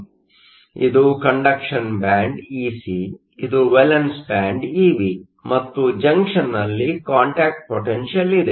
ಆದ್ದರಿಂದ ಇದು conduction band EC ಇದು ವೇಲೆನ್ಸ್ ಬ್ಯಾಂಡ್ ಇವಿ ಮತ್ತು ಜಂಕ್ಷನ್ನಲ್ಲಿ ಕಾಂಟ್ಯಾಕ್ಟ್ ಪೊಟೆನ್ಷಿಯಲ್ ಇದೆ